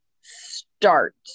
start